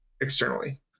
externally